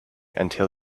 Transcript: until